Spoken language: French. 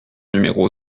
numéro